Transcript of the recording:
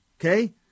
Okay